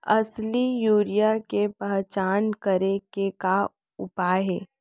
असली यूरिया के पहचान करे के का उपाय हे?